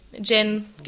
Jen